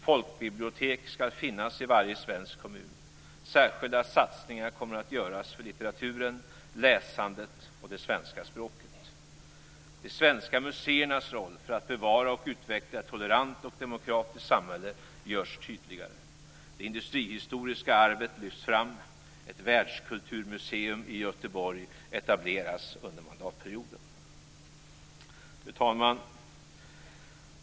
Folkbibliotek skall finnas i varje svensk kommun. Särskilda satsningar kommer att göras för litteraturen, läsandet och det svenska språket. De svenska museernas roll för att bevara och utveckla ett tolerant och demokratiskt samhälle görs tydligare. Det industrihistoriska arvet lyfts fram. Ett världskulturmuseum i Göteborg etableras under mandatperioden. Fru talman!